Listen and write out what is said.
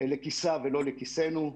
לכיסה ולא לכיסינו,